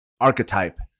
archetype